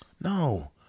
No